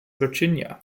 virginia